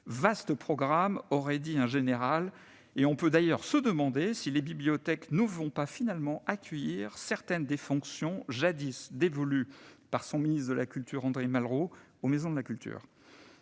Vaste programme, aurait dit un général, et on peut d'ailleurs se demander si les bibliothèques ne vont pas finalement accueillir certaines des fonctions jadis dévolues, par son ministre de la culture André Malraux, aux maisons de la culture.